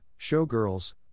showgirls